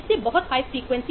इससे बहुत high frequency